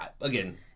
Again